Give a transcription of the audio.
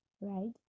right